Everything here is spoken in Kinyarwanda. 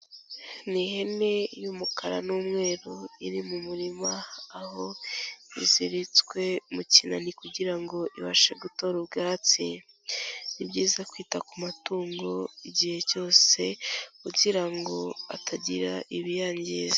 Ni ihene y'umukara n'umweru iri mu murima, aho iziritswe mu kinani kugira ngo ibashe gutora ubwatsi, ni byizayiza kwita ku matungo igihe cyose kugira ngo hatagira ibiyangiza.